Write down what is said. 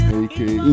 aka